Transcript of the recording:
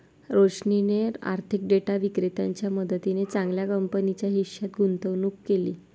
रोशनीने आर्थिक डेटा विक्रेत्याच्या मदतीने चांगल्या कंपनीच्या हिश्श्यात गुंतवणूक केली